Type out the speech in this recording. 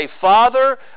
father